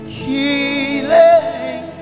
healing